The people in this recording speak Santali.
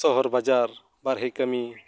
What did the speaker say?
ᱥᱚᱦᱚᱨ ᱵᱟᱡᱟᱨ ᱵᱟᱨᱦᱮ ᱠᱟᱹᱢᱤ